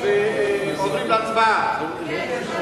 ועוברים להצבעה.